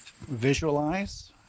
visualize